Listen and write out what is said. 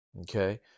Okay